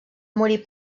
morir